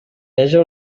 haja